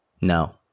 No